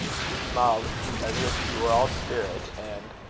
she smiled as if she were all spirit, and,